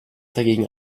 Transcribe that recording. dagegen